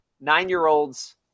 nine-year-olds